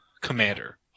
commander